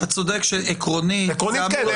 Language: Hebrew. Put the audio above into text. אתה צודק שעקרונית --- עקרונית כן,